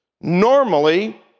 Normally